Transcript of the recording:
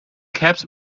cabs